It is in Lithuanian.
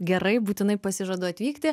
gerai būtinai pasižadu atvykti